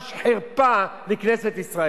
תיקח.